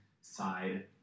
side